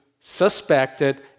suspected